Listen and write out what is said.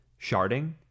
sharding